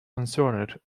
concerned